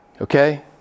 Okay